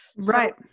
Right